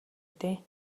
дээ